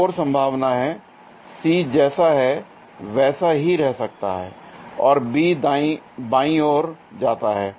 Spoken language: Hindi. एक और संभावना है C जैसा है वैसा ही रह सकता है और B बाईं ओर जाता है